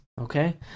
Okay